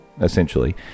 essentially